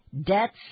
debts